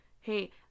Hey